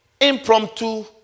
impromptu